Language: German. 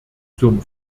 zum